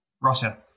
Russia